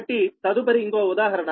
కాబట్టి తదుపరి ఇంకో ఉదాహరణ